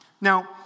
Now